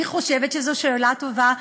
אני חושבת שזו שאלה טובה,